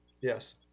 Yes